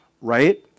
right